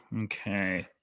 Okay